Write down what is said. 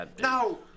No